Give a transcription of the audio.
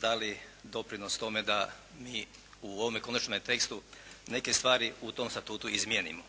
dali doprinos tome da mi u ovome konačnome tekstu neke stvari u tom statutu izmijenimo.